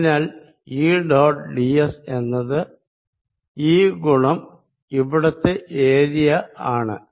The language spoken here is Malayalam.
അതിനാൽ ഈ ഡോട്ട് ഡിഎസ് എന്നത് ഈ ഗുണം അവിടത്തെ ഏരിയ ആണ്